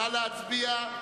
נא להצביע.